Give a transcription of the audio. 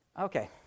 Okay